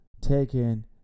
taken